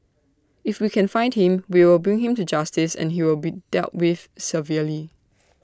if we can find him we will bring him to justice and he will be dealt with severely